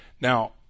Now